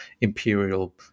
imperial